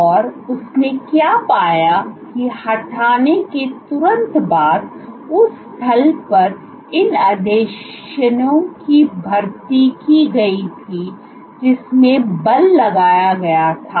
और उसने क्या पाया कि हटाने के तुरंत बाद उस स्थल पर इन आसंजनों की भर्ती की गई थी जिसमें बल लगाया गया था